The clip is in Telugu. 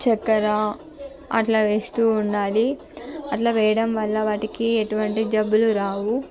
చక్కెర అట్లా వేస్తూ ఉండాలి అట్లా వేయడం వల్ల వాటికి ఎటువంటి జబ్బులు రావు